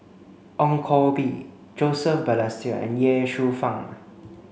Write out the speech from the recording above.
Ong Koh Bee Joseph Balestier and Ye Shufang